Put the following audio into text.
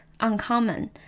uncommon